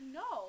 no